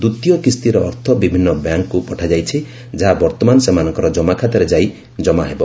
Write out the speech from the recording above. ଦ୍ୱିତୀୟ କିସ୍ତିର ଅର୍ଥ ବିଭିନ୍ନ ବ୍ୟାଙ୍କ୍କୁ ପଠାଯାଇଛି ଯାହା ବର୍ତ୍ତମାନ ସେମାନଙ୍କର ଜମାଖାତାରେ ଯାଇ ଜମାହେବ